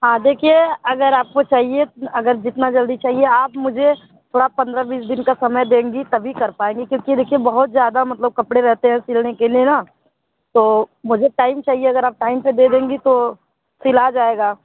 हाँ देखिए अगर आपको चाहिए अगर जितना जल्दी चाहिए आप मुझे थोड़ा पंद्रह बीस दिन का समय देंगी तभी कर पाएँगे क्योंकि देखिए बहुत ज़्यादा मतलब कपड़े रहते हैं सिलने के लिए ना तो मुझे टाइम चाहिए अगर आप टाइम से दे देंगी तो सिला जाएगा